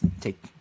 take